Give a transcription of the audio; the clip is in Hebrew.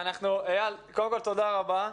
איל, קודם כל תודה רבה.